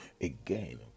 again